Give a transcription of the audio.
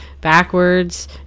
backwards